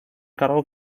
cargo